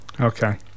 Okay